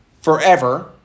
forever